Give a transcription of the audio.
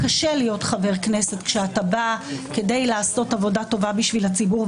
קשה להיות חבר כנסת כשאתה בא כדי לעשות עבודה טובה בשביל הציבור,